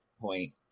point